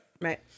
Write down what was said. Right